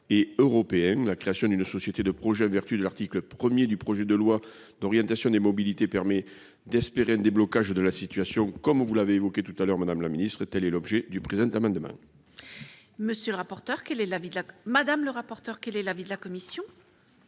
et européenne, la création d'une société de projets vertu de l'article 1er du projet de loi d'orientation des mobilités permet d'espérer un déblocage de la situation, comme vous l'avez évoqué tout à l'heure, madame la ministre est telle est l'objet du présent amendement. Monsieur le rapporteur, quel est l'avis de la madame